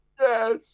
Yes